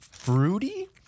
Fruity